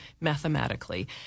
mathematically